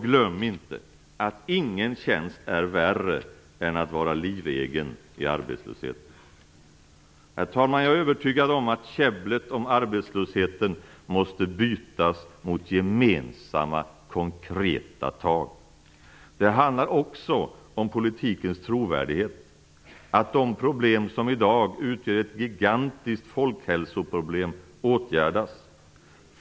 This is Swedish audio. Glöm inte att ingen tjänst är värre än att vara livegen i arbetslöshet. Herr talman! Jag är övertygad om att käbblet om arbetslösheten måste bytas mot gemensamma konkreta tag. Det handlar också om politikens trovärdighet, att de problem som i dag utgör ett gigantiskt folkhälsoproblem åtgärdas.